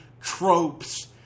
Tropes